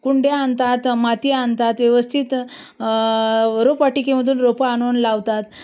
कुंड्या आणतात माती आणतात व्यवस्थित रोपवाटिकेमधून रोपं आणून लावतात